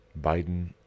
Biden